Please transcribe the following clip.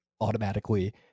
automatically